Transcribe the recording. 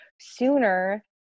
sooner